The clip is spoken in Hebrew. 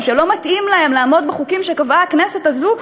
או שלא מתאים להם לעמוד בחוקים שקבעה הכנסת הזאת,